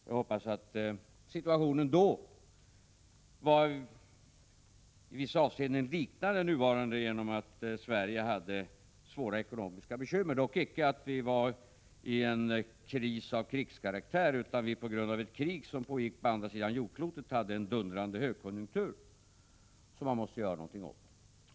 Situationen den gången liknade i vissa avseenden den nuvarande så till vida att Sverige hade ekonomiska bekymmer. Vi hade dock icke en kris av krigskaraktär, utan vi hade på grund av ett krig som pågick på andra sidan jordklotet en dundrande högkonjunktur som man måste göra någonting åt.